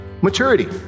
Maturity